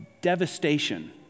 devastation